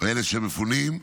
אלה שמפונים,